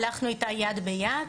הלכנו איתה יד ביד,